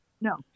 No